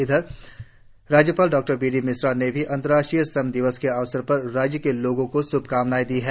इधर राज्यपाल डॉबीडीमिश्रा ने भी अंतर्राष्ट्रीय श्रम दिवस के अवसर पर राज्य के लोगों को श्भकामनाएं दी है